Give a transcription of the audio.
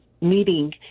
meeting